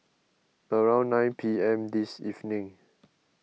around nine P M this evening